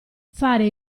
fare